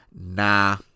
Nah